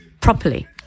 Properly